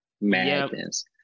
madness